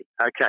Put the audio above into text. Okay